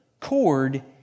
cord